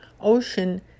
ocean